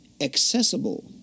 accessible